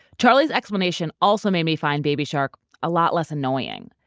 charlie's explanation also made me find baby shark a lot less annoying.